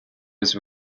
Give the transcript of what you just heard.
was